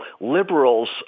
liberals